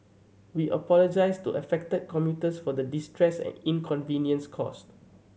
we apologise to affected commuters for the distress and inconvenience caused